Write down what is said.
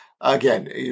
Again